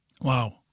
Wow